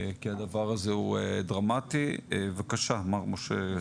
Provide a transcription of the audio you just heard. כי הדבר הזה הוא דרמטי, בבקשה מר משה גראזי,